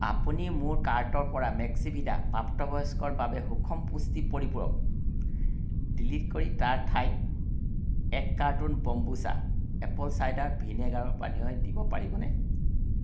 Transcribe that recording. আপুনি মোৰ কাৰ্টৰ পৰা মেক্সিভিদা প্ৰাপ্তবয়স্কৰ বাবে সুষম পুষ্টি পৰিপূৰক ডিলিট কৰি তাৰ ঠাইত এক কাৰ্টুন বম্বুচা এপল চাইডাৰ ভিনেগাৰৰ পানীয় দিব পাৰিবনে